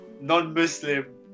non-Muslim